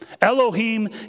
Elohim